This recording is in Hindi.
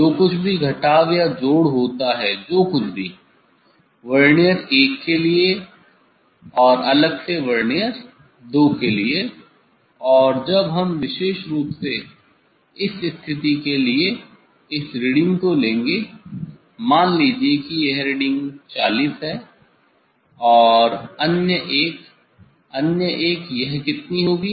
जो कुछ भी घटाव या जोड़ होता है जो कुछ भी वर्नियर 1 के लिए और अलग से वर्नियर 2 के लिए और जब हम विशेष रूप इस स्थिति के लिए इस रीडिंग को लेंगे मान लीजिए कि यह रीडिंग 40 है और अन्य एक अन्य एक यह कितनी होगी